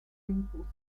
reinforcement